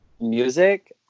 music